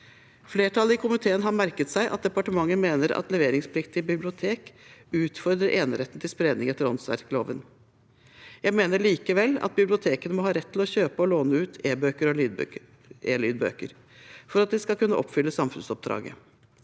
Flertallet i komiteen har merket seg at departementet mener at leveringsplikt til bibliotek utfordrer eneretten til spredning etter åndsverkloven. Jeg mener likevel at bibliotekene må ha rett til å kjøpe og låne ut e-bøker og e-lydbøker for at de skal kunne oppfylle samfunnsoppdraget,